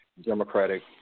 democratic